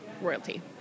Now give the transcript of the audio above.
royalty